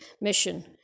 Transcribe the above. mission